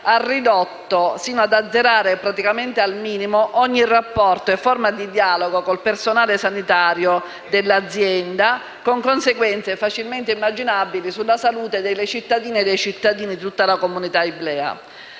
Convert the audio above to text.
ha ridotto - fino ad azzerare praticamente al minimo - ogni rapporto e forma di dialogo con il personale sanitario dell'azienda, con conseguenze facilmente immaginabili sulla salute delle cittadine e dei cittadini di tutta la comunità iblea.